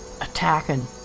attacking